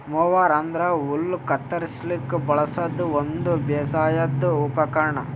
mower ಅಂದ್ರ ಹುಲ್ಲ್ ಕತ್ತರಸ್ಲಿಕ್ ಬಳಸದ್ ಒಂದ್ ಬೇಸಾಯದ್ ಉಪಕರ್ಣ್